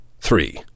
Three